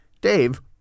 Dave